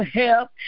help